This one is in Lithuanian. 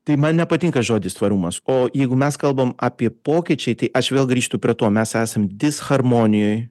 tai man nepatinka žodis tvarumas o jeigu mes kalbam apie pokyčiai tai aš vėl grįžtu prie to mes esam disharmonijoj